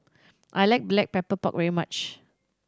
I like Black Pepper Pork very much